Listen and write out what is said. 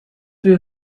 wir